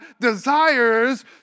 desires